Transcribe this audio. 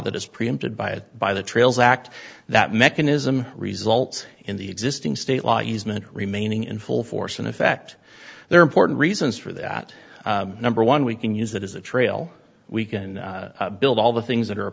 that is preempted by it by the trails act that mechanism results in the existing state law easement remaining in full force in effect there are important reasons for that number one we can use that as a trail we can build all the things that are